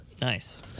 Nice